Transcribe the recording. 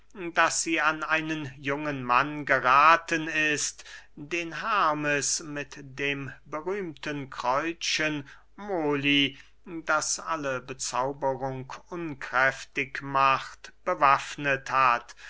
daß sie an einen jungen mann gerathen ist den hermes mit dem berühmten kräutchen moly das alle bezauberung unkräftig macht bewaffnet hat